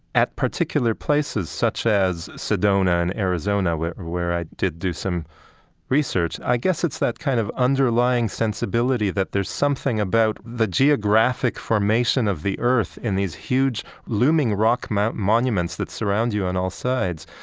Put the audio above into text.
at particular places such as sedona in arizona where where i did do some research, i guess it's that kind of underlying sensibility that there's something about the geographic formation of the earth in these huge, looming rock monuments that surround you on all sides,